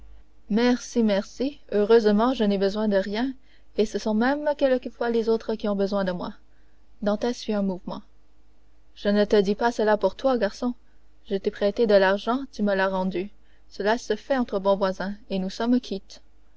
merci merci heureusement je n'ai besoin de rien et ce sont même quelquefois les autres qui ont besoin de moi dantès fit un mouvement je ne te dis pas cela pour toi garçon je t'ai prêté de l'argent tu me l'as rendu cela se fait entre bons voisins et nous sommes quittes